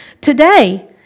Today